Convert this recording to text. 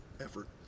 effort